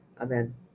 Amen